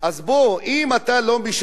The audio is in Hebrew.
אם אתה לא משקר לעם,